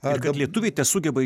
ir kad lietuviai tesugeba